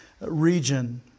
region